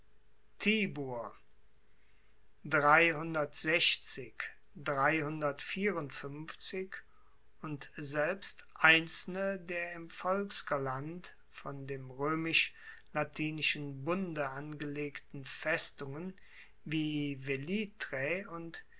und selbst einzelne der im volskerland von dem roemisch latinischen bunde angelegten festungen wie velitrae und